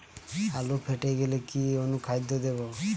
আলু ফেটে গেলে কি অনুখাদ্য দেবো?